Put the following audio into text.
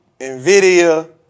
NVIDIA